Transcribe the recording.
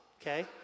Okay